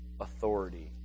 authority